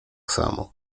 samo